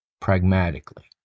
pragmatically